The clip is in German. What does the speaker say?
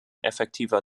effektiver